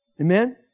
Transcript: amen